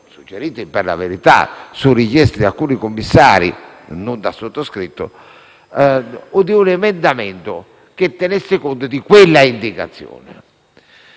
suggerito - e, per la verità, richiesto da alcuni commissari, e non dal sottoscritto - o un emendamento che tenesse conto di quell'indicazione.